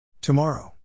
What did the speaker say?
Tomorrow